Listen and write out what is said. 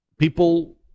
People